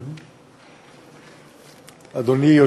אדוני.